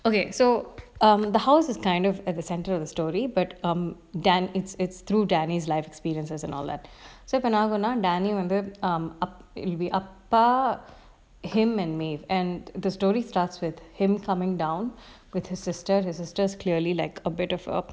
okay so um the house is kind of at the centre of the story but um dan it's it's through danny's life experiences and all that so அப்ப என்னாகுனா:appa ennakuna danny வந்து:vanthu um ap~ I'll be அப்பா:appa him and may and the story starts with him coming down with his sister his sister clearly like a bit of a